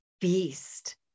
beast